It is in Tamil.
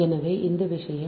எனவே இதுதான் விஷயம்